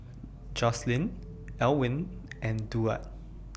Joslyn Elwyn and Duard